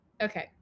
okay